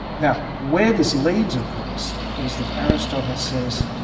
now where this leads of course is that aristotle says